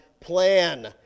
plan